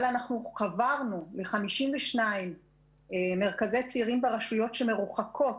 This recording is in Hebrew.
אבל חברנו ל-52 מרכזי צעירים ברשויות שמרוחקות